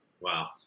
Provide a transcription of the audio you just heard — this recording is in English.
Wow